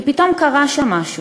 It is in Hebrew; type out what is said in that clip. כי פתאום קרה שם משהו,